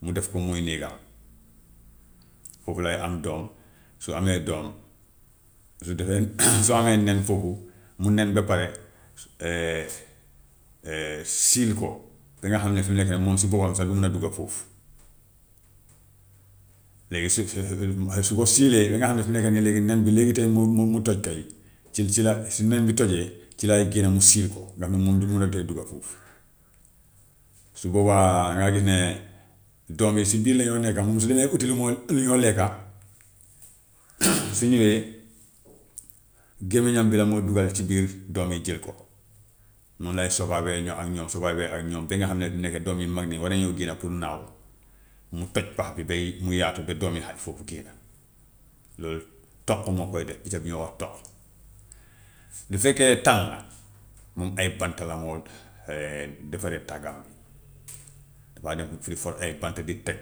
Mu def ko muy néegam foofu lay am doom, su amee doom, so dafay su amee nen foofu mu nen ba pare seal ko ba nga xam ne fu mu nekka moom si boppm sax du mun a dugg foofu. Léegi su su ko seal ee ba nga xam ne fu mu nekk nii léegi nen bi léegi tey mu mu toj tey ci ci la su nen bi tojee ci lay génn mu seal ko ndax mu mun du munatee dugg foofu, su boobaa dangay gis ne doom yi si biir lañoo nekka moom si dangay uti lu muy lu ñu lekka su ñëwee gémméñam bi la moo duggal ci biir doom yi jël ko, noonu lay ak ñoom ak ñoom ba nga xam ne nekk doom yi màgg nañ war nañoo génn pour naaw mu toj pax bi bay mu yaatu ba doom yi xaj foofu génn, loolu toq moo koy def picc bu ñoo wax toq. Bu fekkee tan nag moom ay bant la moo defaree taggam bi dafa nekk di for ay bant di teg